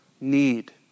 need